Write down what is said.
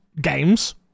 games